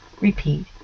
repeat